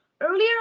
Earlier